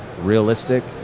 realistic